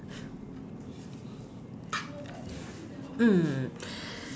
mm